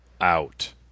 out